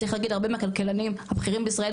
צריך להגיד הרבה מהכלכלנים הבכירים בישראל,